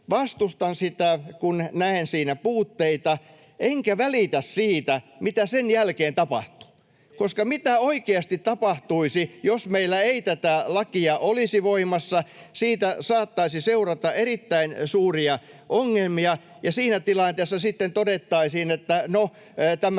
vastustan sitä, kun näen siinä puutteita, enkä välitä siitä, mitä sen jälkeen tapahtuu. [Eva Biaudet’n välihuuto] Mitä oikeasti tapahtuisi, jos meillä ei tätä lakia olisi voimassa? Siitä saattaisi seurata erittäin suuria ongelmia, ja siinä tilanteessa sitten todettaisiin, että no, tämä